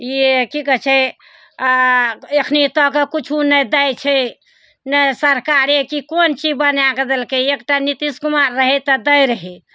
ई की कहय छै एखनी तऽ कऽ कुछो नहि दै छै ने सरकारे कि कोन चीज बनायकऽ देलकइ एकटा नितीश कुमार रहय तऽ दै रहय